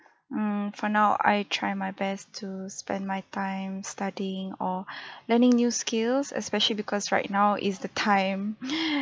mm for now I try my best to spend my time studying or learning new skills especially because right now is the time